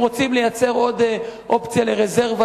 אם רוצים לייצר עוד אופציה לרזרבה,